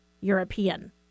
European